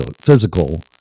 physical